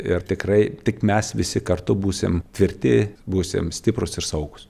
ir tikrai tik mes visi kartu būsim tvirti būsim stiprūs ir saugūs